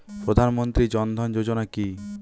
প্রধান মন্ত্রী জন ধন যোজনা কি?